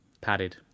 padded